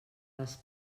les